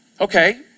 Okay